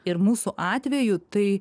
ir mūsų atveju tai